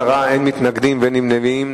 10, אין מתנגדים ואין נמנעים.